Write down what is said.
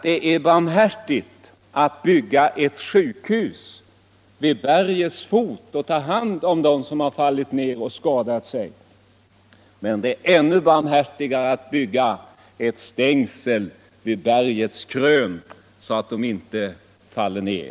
Det är barmhärtigt att bygga ett sjukhus vid bergets fot och ta hand om dem som fallit ned och skadat sig, men det är ännu barmhärtigare att bygga ett stängsel vid bergets krön så att de inte faller ned.